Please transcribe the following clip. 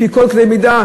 לפי כל קנה מידה,